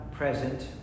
Present